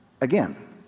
again